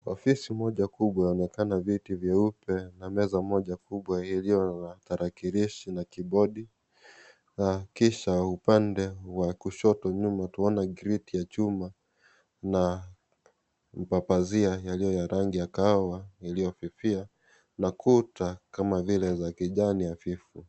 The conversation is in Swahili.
Ofisi moja kubwa yaonekana viti vyeupe na meza moja kubwa iliyo na tarakirishi na kibondi, na kisha upande wa kushoto nyuma twaona gate ya chuma na upapazia yaliyo ya rangi ya kahawa yaliyo pipia na kuta kama ile ya kijani hafifu.